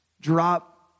Drop